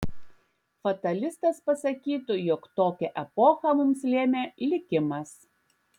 fatalistas pasakytų jog tokią epochą mums lėmė likimas